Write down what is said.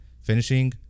Finishing